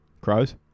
Crows